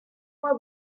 moi